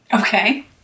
Okay